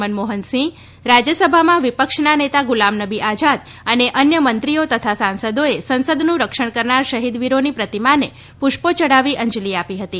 મનમોહનસિંહ રાજ્યસભામાં વિપક્ષના નેતા ગુલામનબી આઝાદ અને અન્ય મંત્રીઓ તથા સાંસદોએ સંસદનું રક્ષણ કરનાર શહિદ વિરોની પ્રતિમાને પુષ્પો યઢાવી અંજલી આપી હતી